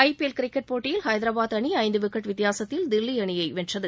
ஐ P L cricket போட்டியில் ஐதராபாத் அணி ஐந்து விக்கெட் வித்தியாசத்தில் தில்லி அணியை வென்றது